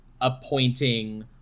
appointing